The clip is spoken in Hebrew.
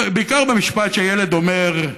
בעיקר במשפט שהילד אומר: